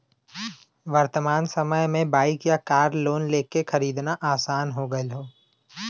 वर्तमान समय में बाइक या कार लोन लेके खरीदना आसान हो गयल हौ